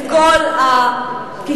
על "ויקיליקס"?